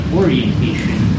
orientation